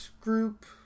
group